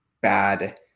bad